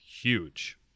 huge